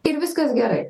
ir viskas gerai